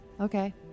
Okay